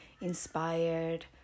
inspired